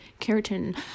keratin